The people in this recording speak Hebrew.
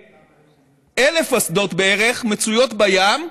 כ-1,000 אסדות בערך מצויות בים,